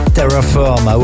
Terraform